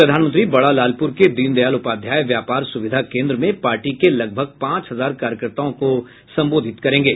प्रधानमंत्री बड़ा लालपुर के दीनदयाल उपाध्याय व्यापार सुविधा केन्द्र में पार्टी के लगभग पांच हजार कार्यकताओं को संबोधित करेंगे